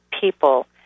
people